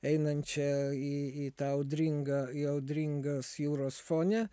einančią į į tą audringą į audringas jūros fone